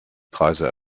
preise